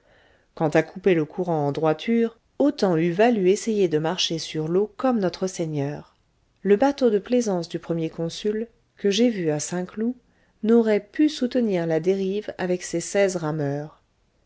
quant à couper le courant en droiture autant eût valu essayer de marcher sur l'eau comme nôtre seigneur le bateau de plaisance du premier consul que j'ai vu à saint-cloud n'aurait pu soutenir la dérive avec ses seize rameurs